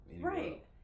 Right